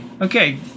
Okay